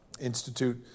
Institute